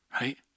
right